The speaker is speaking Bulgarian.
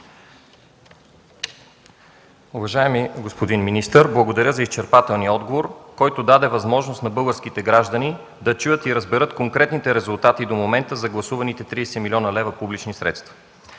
Уважаеми господин министър, благодаря за изчерпателния отговор, който даде възможност на българските граждани да чуят и разберат конкретните резултати до момента за гласуваните 30 млн. лв. публични средства,